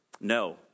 No